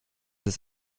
ist